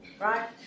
right